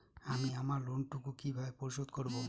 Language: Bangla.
আমি আমার লোন টুকু কিভাবে পরিশোধ করব?